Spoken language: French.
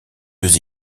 deux